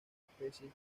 especies